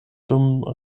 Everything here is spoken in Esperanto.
dum